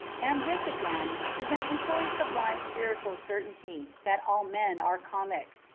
and this, again, is an equally sublime spiritual certainty, that all men are comic.